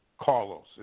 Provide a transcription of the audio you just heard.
Carlos